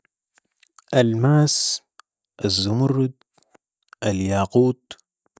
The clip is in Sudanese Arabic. الماس ،الزمرد ،الياقوت